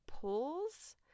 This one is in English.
pulls